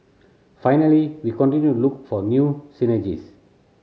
finally we continue look for new synergies